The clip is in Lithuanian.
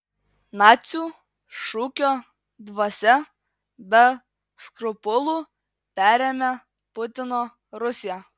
nacių šūkio dvasią be skrupulų perėmė putino rusija